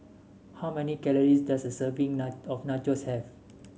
how many calories does a serving of Nachos have